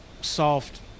soft